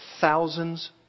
thousands